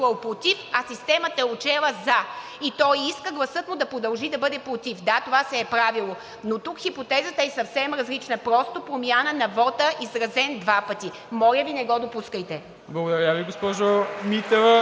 а системата е отчела за и той иска гласът му да продължи да бъде против. Да, това се е правило, но тук хипотезата е съвсем различна – просто промяна на вота, изразен два пъти. Моля Ви, не го допускайте. (Ръкопляскания от ИТН и